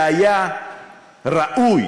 והיה ראוי